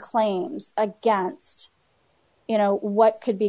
claims against you know what could be